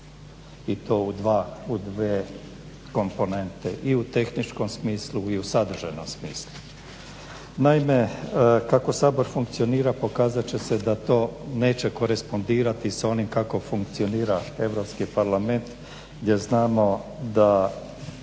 i to u dvije komponente i u tehničkom i u sadržajnom smislu. Naime, kako Sabor funkcionira pokazat će se da to neće korespondirati s onim kako funkcionira EU parlament gdje znamo da